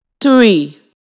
three